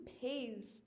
pays